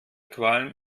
qualm